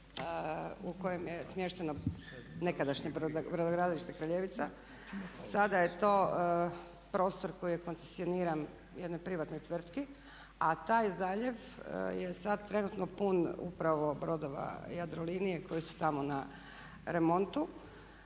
u kojem je smješteno nekadašnje brodogradilište Kraljevica. Sada je to prostor koji je koncesioniran jednoj privatnoj tvrtki, a taj zaljev je sad trenutno pun upravo brodova Jadrolinije koji su tamo na remontu